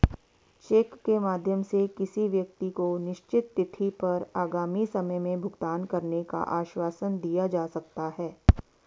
check के माध्यम से किसी व्यक्ति को निश्चित तिथि पर आगामी समय में भुगतान करने का आश्वासन दिया जा सकता है